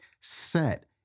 set